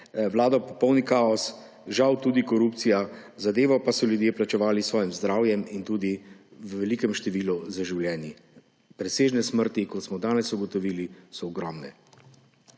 vladal popoln kaos, žal tudi korupcija, zadevo pa so ljudje plačevali s svojim zdravjem in tudi v velikem številu z življenji. Presežne smrti, kot smo danes ugotovili, so ogromne.